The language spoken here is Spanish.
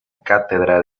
cátedra